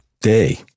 day